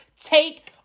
take